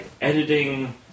editing